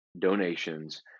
donations